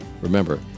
Remember